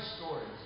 stories